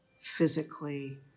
physically